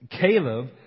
Caleb